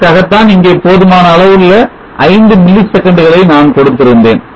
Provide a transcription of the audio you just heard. அதற்காகத்தான் இங்கே போதுமான அளவுள்ள ஐந்து மில்லி செகண்டுகளை நான் கொடுத்திருந்தேன்